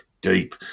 deep